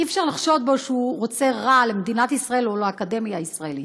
אי-אפשר לחשוד בו שהוא רוצה רע למדינת ישראל או לאקדמיה הישראלית.